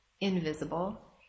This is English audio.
invisible